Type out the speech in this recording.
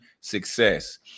success